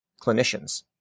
clinicians